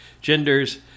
genders